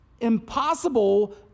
impossible